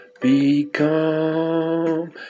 become